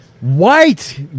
White